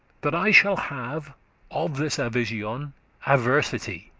that i shall have of this avision adversity